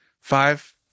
Five